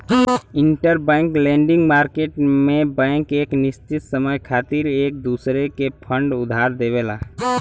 interbank lending market में bank एक निश्चित समय खातिर एक दूसरे के फंड उधार देवला